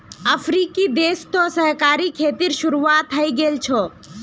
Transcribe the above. अफ्रीकी देश तो सहकारी खेतीर शुरुआत हइ गेल छ